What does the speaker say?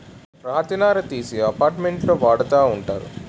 రాతి నార తీసి అపార్ట్మెంట్లో వాడతా ఉంటారు